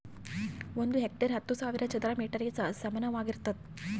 ಒಂದು ಹೆಕ್ಟೇರ್ ಹತ್ತು ಸಾವಿರ ಚದರ ಮೇಟರ್ ಗೆ ಸಮಾನವಾಗಿರ್ತದ